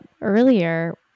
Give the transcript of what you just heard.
earlier